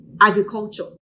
agriculture